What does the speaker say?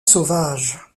sauvage